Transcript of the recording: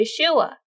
Yeshua